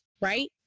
Right